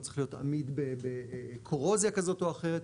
הוא צריך להיות עמיד בקורוזיה כזו או אחרת,